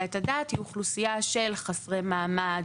את הדעת וזאת האוכלוסייה של חסרי מעמד,